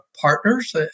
partners